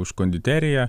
už konditeriją